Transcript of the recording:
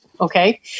Okay